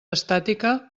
estàtica